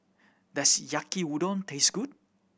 does Yaki Udon taste good